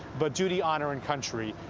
but duty, honor and country,